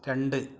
രണ്ട്